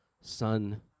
Son